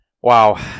wow